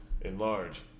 Enlarge